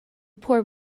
poor